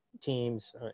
teams